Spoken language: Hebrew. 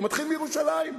ומתחיל מירושלים.